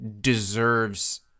Deserves